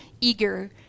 eager